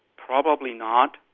probably not.